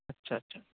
اچھا اچھا